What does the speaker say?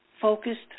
focused